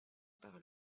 par